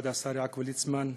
כבוד השר יעקב ליצמן,